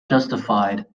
justified